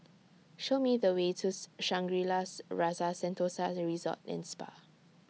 Show Me The Way to Shangri La's Rasa Sentosa Resort and Spa